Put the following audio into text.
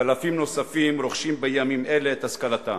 ואלפים נוספים רוכשים בימים אלה את השכלתם,